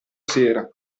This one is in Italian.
sera